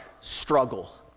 struggle